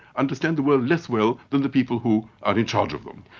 understand the world less well than the people who are in charge of them.